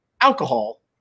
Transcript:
alcohol